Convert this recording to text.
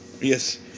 Yes